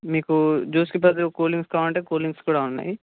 మీకు జ్యూస్కి పదులు కూల్ డ్రింక్స్ కావాలంటే కూల్ డ్రింక్స్ కూడా ఉన్నాయి